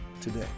today